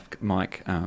Mike